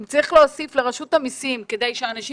כך שאם צריך להוסיף לרשות המסים כדי שאנשים